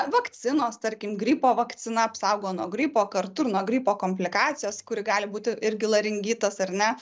vakcinos tarkim gripo vakcina apsaugo nuo gripo kartu ir nuo gripo komplikacijos kuri gali būti irgi laringitas ar ne